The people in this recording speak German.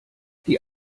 die